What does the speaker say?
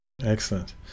excellent